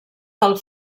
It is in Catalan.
del